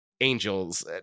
angels